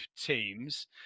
teams